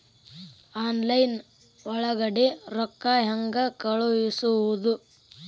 Online ಒಳಗಡೆ ರೊಕ್ಕ ಹೆಂಗ್ ಕಳುಹಿಸುವುದು?